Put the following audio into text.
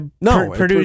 No